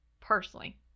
personally